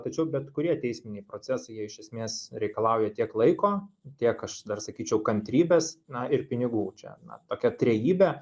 tačiau bet kurie teisminiai procesai jie iš esmės reikalauja tiek laiko tiek aš dar sakyčiau kantrybės na ir pinigų čia tokia trejybė